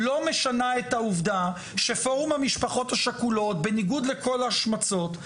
לא משנה את העובדה שפורום המשפחות השכולות בניגוד לכל ההשמצות,